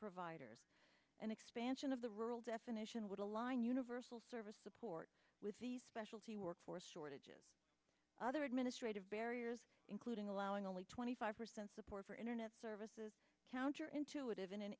providers and expansion of the rural definition would align universal service support with the specialty workforce shortages other administrative barriers including allowing only twenty five percent support for internet services counter intuitive in an